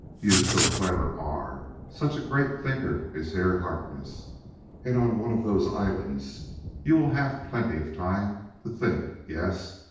you so clever are such a great thinker iss herr harkness and on one of those islands you will haff plenty of time to think yess!